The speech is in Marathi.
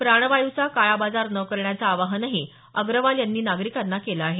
प्राणवायूचा काळाबाजार न करण्याचं आवाहनही अग्रवाल यांनी नागरिकांना केलं आहे